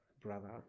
brother